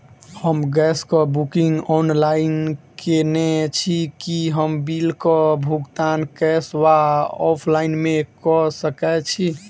हम गैस कऽ booking online केने छी, की हम बिल कऽ भुगतान कैश वा ऑफलाइन मे कऽ सकय छी?